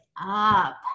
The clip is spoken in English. up